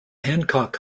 hancock